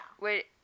wait